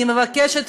אני מבקשת.